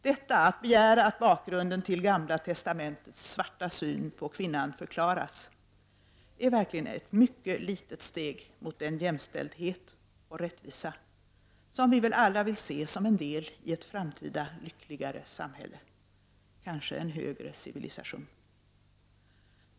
Detta — att begära att bakgrunden till Gamla testamentets svarta syn på kvinnan förklaras — är verkligen ett mycket litet steg mot den jämställdhet och rättvisa, som vi väl alla vill se som en del i ett framtida lyckligare samhälle, en högre civilisation.